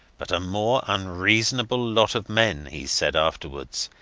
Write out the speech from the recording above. but a more unreasonable lot of men, he said afterwards,